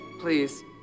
please